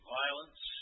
violence